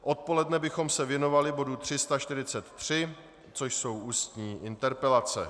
Odpoledne bychom se věnovali bodu 343, což jsou ústní interpelace.